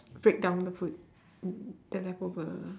break down the food the leftover